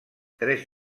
tres